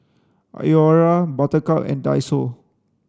Iora Buttercup and Daiso